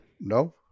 No